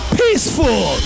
peaceful